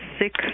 six